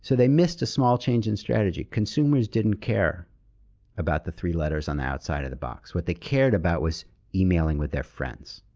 so they missed a small change in strategy. consumers didn't care about the three letters on the outside of the box. what they cared about was emailing with their friends.